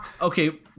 Okay